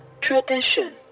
tradition